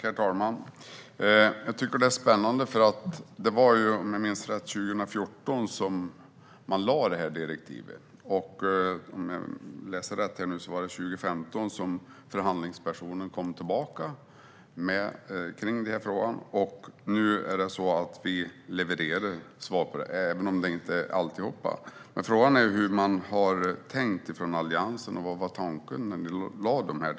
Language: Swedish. Fru talman! Det här är spännande. Om jag minns rätt var det 2014 som direktiven lades fram. Om jag läste rätt var det 2015 som förhandlingspersonen kom tillbaka med förslag i frågan. Nu levererar vi svar, även om det inte är fråga om allt. Frågan är hur Alliansen har tänkt och vad tanken var när dessa delar lades fram.